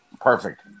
Perfect